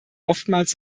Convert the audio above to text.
oftmals